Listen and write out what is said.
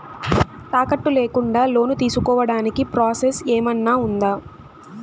తాకట్టు లేకుండా లోను తీసుకోడానికి ప్రాసెస్ ఏమన్నా ఉందా?